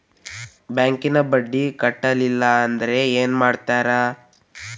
ಬ್ಯಾಂಕಿನ ಬಡ್ಡಿ ಕಟ್ಟಲಿಲ್ಲ ಅಂದ್ರೆ ಏನ್ ಮಾಡ್ತಾರ?